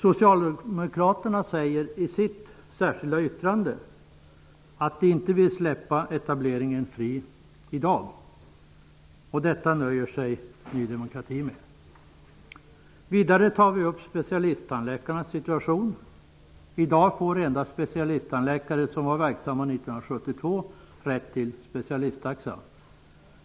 Socialdemokraterna säger i sitt särskilda yttrande att de inte vill släppa etableringen fri i dag, och detta nöjer sig Ny demokrati med. Vidare tar vi upp specialisttandläkarnas situation. I dag får endast specialisttandläkare som var verksamma 1972 rätt till specialisttaxa.